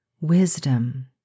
wisdom